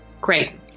Great